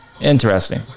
interesting